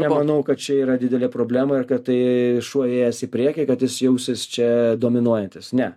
nemanau kad čia yra didelė problema ir kad tai šuo įėjęs į priekį kad jis jausis čia dominuojantis ne